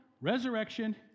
resurrection